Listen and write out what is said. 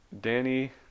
Danny